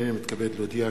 הנני מתכבד להודיע,